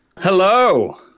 Hello